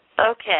Okay